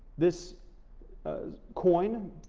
this ah coin,